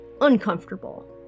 uncomfortable